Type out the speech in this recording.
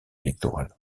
électoral